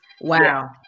Wow